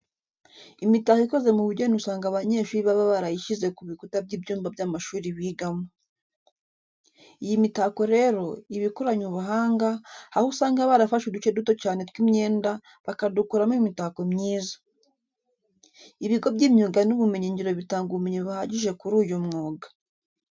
Imitako ikoze mu bugeni usanga abanyeshuri baba barayishyize ku bikuta by'ibyumba by'amashuri bigamo. Iyi mitako rero, iba ikoranywe ubuhanga, aho usanga barafashe uduce duto cyane tw'imyenda, bakadukuramo imitako mwiza. Ibigo by'imyuga n'ubumenyingiro bitanga ubumenyi buhagije kuri uyu mwuga.